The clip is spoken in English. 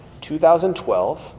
2012